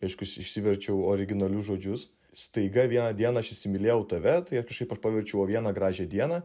aišku aš išsiverčiau originalius žodžius staiga vieną dieną aš įsimylėjau tave tai aš kažkaip paverčiau o vieną gražią dieną